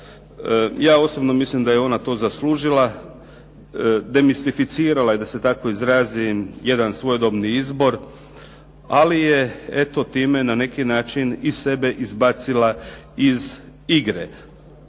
Ja osobno mislim da je ona to zaslužila, demistificirala je da se tako izrazim jedan svojedobni izbor ali je eto time na neki način i sebe izbacila iz igre.